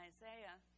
Isaiah